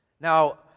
Now